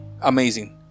Amazing